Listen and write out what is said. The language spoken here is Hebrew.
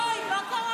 בדבר